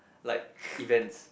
like events